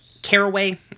caraway